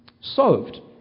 solved